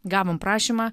gavom prašymą